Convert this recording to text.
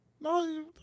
No